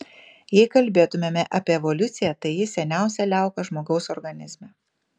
jei kalbėtumėme apie evoliuciją tai ji seniausia liauka žmogaus organizme